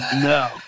No